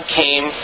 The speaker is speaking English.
came